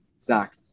Zach